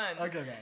okay